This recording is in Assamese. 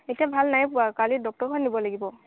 এতিয়া ভাল নাই পোৱা কালি ডক্টৰ ঘৰত নিব লাগিব